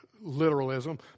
literalism